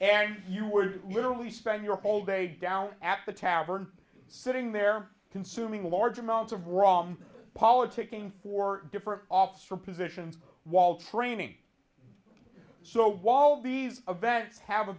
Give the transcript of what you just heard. musketry you were literally spend your whole day down at the tavern sitting there consuming large amounts of rahm politicking for different office for position while training so while these events have a